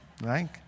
Right